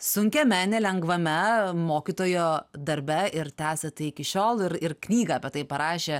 sunkiame nelengvame mokytojo darbe ir tęsia tai iki šiol ir ir knygą apie tai parašė